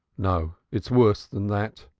no, it's worse than that,